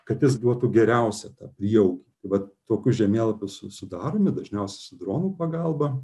kad jis duotų geriausią tą prieaugį vat tokius žemėlapius sudaromi dažniausiai su dronų pagalba